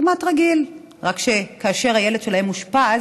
כמעט רגילה, רק שכאשר הילד שלהם אושפז